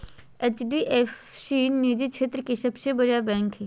HDF सी निजी क्षेत्र के सबसे बड़ा बैंक हय